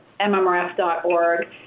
mmrf.org